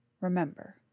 Remember